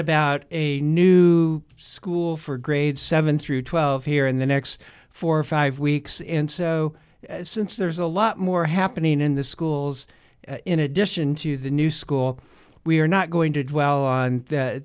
about a new school for grades seven through twelve here in the next four or five weeks in so since there's a lot more happening in the schools in addition to the new school we are not going to dwell on